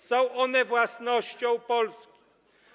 Są one własnością Polski.